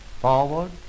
Forward